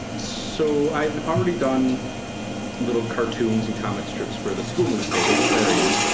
so, i'd but already done little cartoons and comic strips for the school newspaper, the clarion.